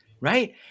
right